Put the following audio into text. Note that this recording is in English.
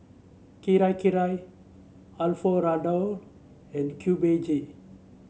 Kirei Kirei Alfio Raldo and Cube J